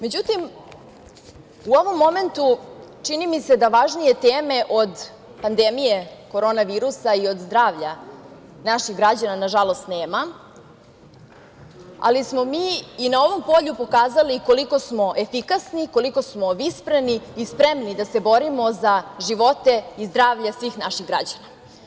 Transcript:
Međutim, u ovom momentu, čini mi se da važnije teme od pandemije korona virusa i od zdravlja naših građana, nažalost, nema, ali smo mi i na ovom polju pokazali koliko smo efikasni, koliko smo vispreni i spremni da se borimo za živote i zdravlje svih naših građana.